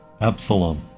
Absalom